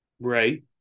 Right